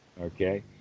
okay